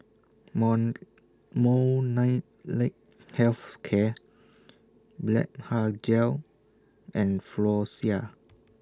Health Care Blephagel and Floxia